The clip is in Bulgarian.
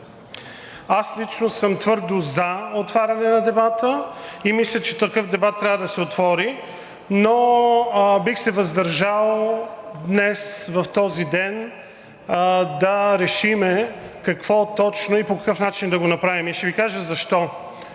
Аз лично съм твърдо за отваряне на дебата и мисля, че такъв дебат трябва да се отвори, но бих се въздържал днес в този ден да решим какво точно и по какъв начин да го направим. И ще Ви кажа защо.